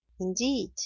indeed